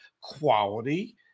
quality